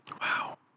Wow